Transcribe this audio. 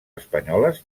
espanyoles